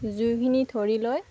জুইখিনি ধৰি লৈ